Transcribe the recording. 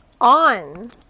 on